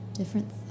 different